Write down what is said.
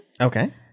Okay